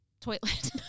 toilet